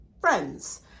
friends